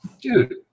Dude